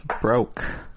broke